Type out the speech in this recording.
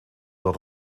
dat